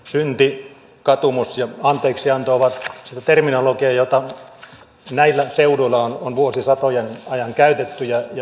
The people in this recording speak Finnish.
synti katumus ja anteeksianto ovat sitä terminologiaa jota näillä seuduilla on vuosisatojen ajan käytetty ja se on tuttua